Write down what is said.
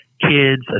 kids